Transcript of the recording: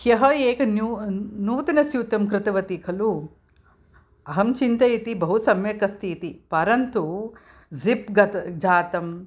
ह्यः एकनूतनं स्यूतं कृतवती खलु अहं चिन्तयति बहु सम्यक् अस्ति इति परन्तु जि़प् गत जातम्